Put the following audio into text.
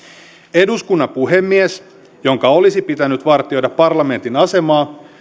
eduskunnan puhemies jonka olisi pitänyt vartioida parlamentin asemaa